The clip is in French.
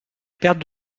perdre